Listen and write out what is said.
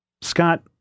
Scott